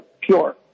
pure